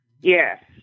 Yes